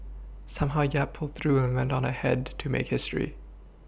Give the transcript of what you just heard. somehow Yap pulled through and went on ahead to make history